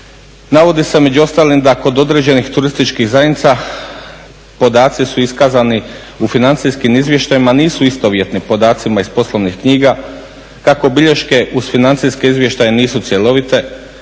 navodi se među ostalim da kod određenih turističkih zajednica podaci su iskazani u financijskim izvještajima nisu istovjetni podacima iz poslovnih knjiga. Kako bilješke uz financijske izvještaje nisu cjelovite,